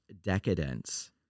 decadence